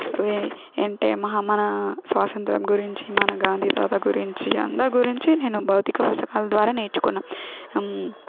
ఏ ఏంటే మహా మన స్వాసంత్య్రం గురించి మన గాంధీ తాత గురించి అందరి గురించి నేను భౌతిక పుస్తకాల ద్వారా నేర్చుకున్నా